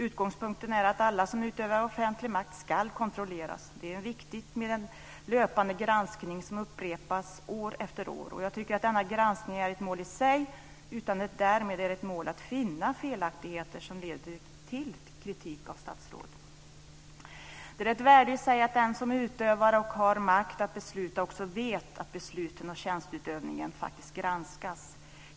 Utgångspunkten är att alla som utövar offentlig makt ska kontrolleras. Det är viktigt med en löpande granskning som upprepas år efter år. Jag tycker att denna granskning är ett mål i sig utan att det därmed ska vara ett mål att finna felaktigheter som leder till kritik av statsråd. Det är ett värde i sig att den som utövar och har makt att besluta också vet att besluten och tjänsteutövningen faktiskt granskas.